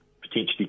potentially